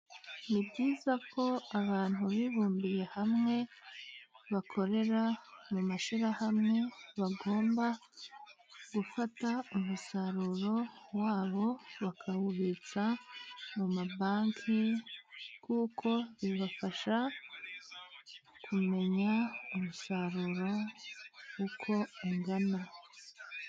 Ni byiza ko abantu bibumbiye hamwe bakorera mu mashyirahamwe, bagomba gufata umusaruro wabo bakawubitsa mu mabanki, kuko bibafasha kumenya umusaruro uko ungana.